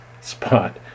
spot